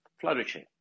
flourishing